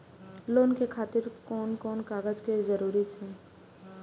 Loan के खातिर कोन कोन कागज के जरूरी छै?